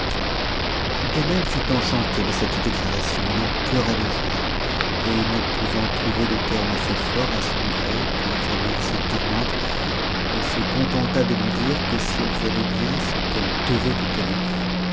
fut enchanté de cette déclaration il en pleura de joie et ne pouvant trouver de terme assez fort à son gré pour remercier tour ente il se contenta de lui dire que si elle savait bien ce qu'elle devait u calife